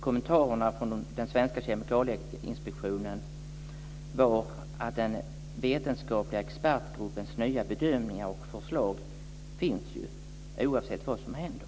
Kommentarerna från den svenska kemikalieinspektionen var att den vetenskapliga expertgruppens nya bedömningar och förslag finns, oavsett vad som händer.